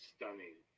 Stunning